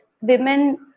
women